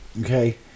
Okay